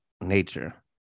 nature